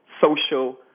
social